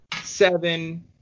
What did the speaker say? seven